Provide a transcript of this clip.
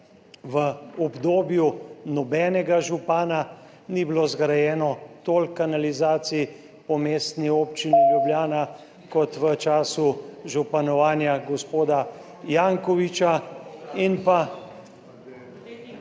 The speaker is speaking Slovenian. v obdobju nobenega župana ni bilo zgrajeno toliko kanalizacij po Mestni občini Ljubljana kot v času županovanja gospoda Jankovića …/